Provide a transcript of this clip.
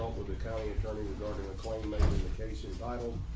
with the county attorney regarding a claim making the cases idle.